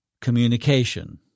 communication